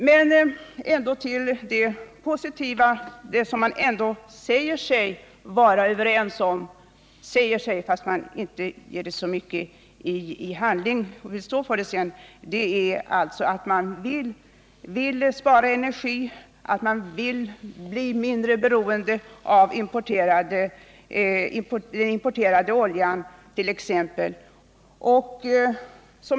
Men det positiva, det som man säger sig vara överens om — fast man inte sedan vill stå för det så mycket i handling — är alltså att man vill spara energi, att man vill bli mindre beroende av t.ex. den importerade oljan.